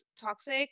toxic